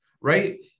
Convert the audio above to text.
right